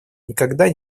никогда